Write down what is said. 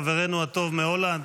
חברנו הטוב מהולנד,